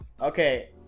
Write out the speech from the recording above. Okay